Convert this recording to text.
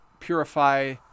purify